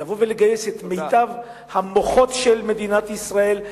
לבוא ולגייס את מיטב המוחות של מדינת ישראל,